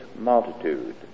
multitude